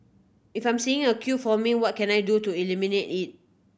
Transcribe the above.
if I'm seeing a queue forming what can I do to eliminate it